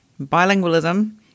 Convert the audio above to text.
bilingualism